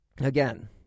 again